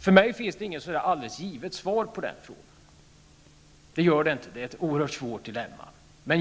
För mig finns det inte något givet svar på den frågan. Det är ett oerhört svårt dilemma.